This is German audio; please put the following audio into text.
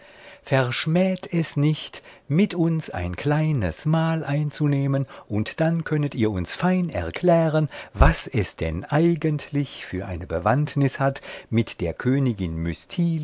verschmäht es nicht mit uns ein kleines mahl einzunehmen und dann könnet ihr uns fein erklären was es denn eigentlich für eine bewandtnis hat mit der königin